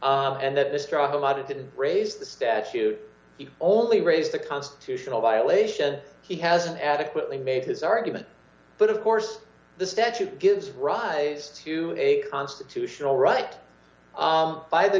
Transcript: did raise the statute only raised the constitutional violation he hasn't adequately made his argument but of course the statute gives rise to a constitutional right by the